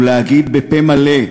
ולהגיד בפה מלא: